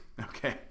Okay